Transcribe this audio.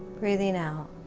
breathing out.